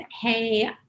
hey